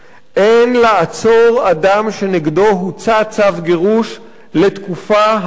אין לעצור אדם שנגדו הוצא צו גירוש לתקופה העולה